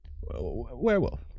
Werewolf